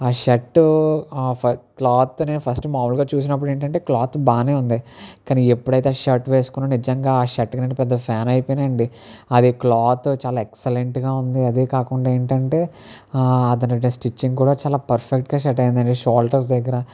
ఆ shirt of క్లాత్ని first మామూలుగా చూసినప్పుడు ఏంటంటే క్లాత్ బాగా ఉంది కానీ ఎప్పుడైతే ఆ షర్ట్ వేసుకున్నానో నిజంగా ఆ షర్ట్కినేను పెద్ద ఫ్యాన్ అయిపోయాను అండి అది క్లాత్ చాలా ఎక్సలెంట్గా ఉంది అదే కాకుండా ఏంటంటే అది ఏంటంటే స్టిచ్చింగ్ కూడా చాలా పర్ఫెక్ట్గా సెట్ అయిందండి షోల్డర్స్ దగ్గర